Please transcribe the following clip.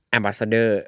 Ambassador